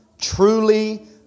truly